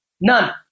none